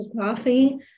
coffee